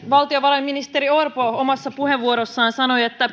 valtiovarainministeri orpo omassa puheenvuorossaan sanoi että